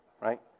right